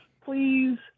please